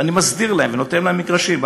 ואני מסדיר להם ונותן להם מגרשים.